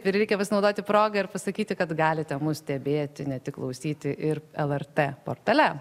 ir reikia pasinaudoti proga ir pasakyti kad galite mus stebėti ne tik klausyti ir lrt portale